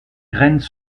graines